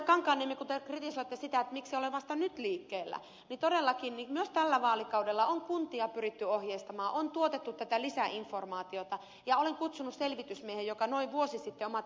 kankaanniemi kun te kritisoitte sitä miksi olen vasta nyt liikkeellä niin todellakin myös tällä vaalikaudella on kuntia pyritty ohjeistamaan on tuotettu tätä lisäinformaatiota ja olen kutsunut selvitysmiehen joka noin vuosi sitten omat esityksensä teki